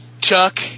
Chuck